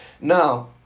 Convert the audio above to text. Now